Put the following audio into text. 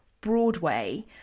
Broadway